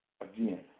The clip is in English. Again